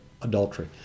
adultery